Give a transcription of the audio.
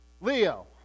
Leo